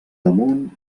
damunt